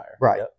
Right